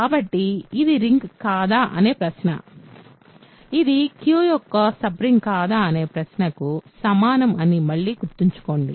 కాబట్టి ఇది రింగ్ కాదా అనే ప్రశ్న ఇది Q యొక్క సబ్ రింగ్ కాదా అనే ప్రశ్నకు సమానం అని మళ్లీ గుర్తుంచుకోండి